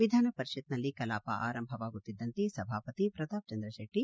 ವಿಧಾನಪರಿಷತ್ನಲ್ಲಿ ಕಲಾಪ ಆರಂಭವಾಗುತ್ತಿದ್ದಂತೆ ಸಭಾಪತಿ ಪ್ರತಾಪ್ಚಂದ್ರ ಶೆಟ್ಟಿ